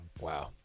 Wow